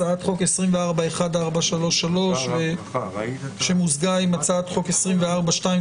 הצעת חוק 1433/24 מוזגה עם הצעת חוק 2772/24,